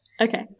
Okay